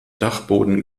dachboden